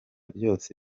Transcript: byose